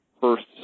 first